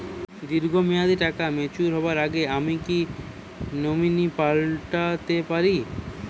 দীর্ঘ মেয়াদি টাকা ম্যাচিউর হবার আগে আমি কি নমিনি পাল্টা তে পারি?